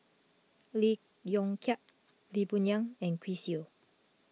Lee Yong Kiat Lee Boon Yang and Chris Yeo